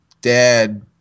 dad